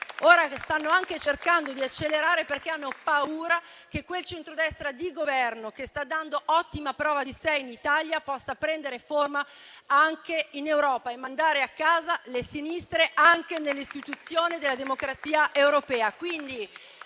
ora stanno anche cercando di accelerare, perché hanno paura che quel centrodestra di Governo, che sta dando ottima prova di sé in Italia, possa prendere forma anche in Europa e mandare a casa le sinistre anche nelle istituzioni della democrazia europea.